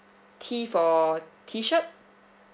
T for T shirt